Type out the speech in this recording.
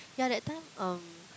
yeah that time um